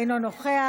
אינו נוכח,